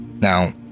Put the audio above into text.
Now